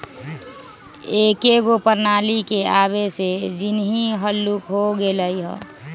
एकेगो प्रणाली के आबे से जीनगी हल्लुक हो गेल हइ